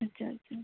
अच्छा अच्छा